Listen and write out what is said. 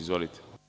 Izvolite.